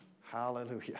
Hallelujah